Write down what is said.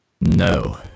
No